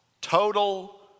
total